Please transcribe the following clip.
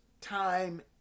time